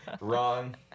Wrong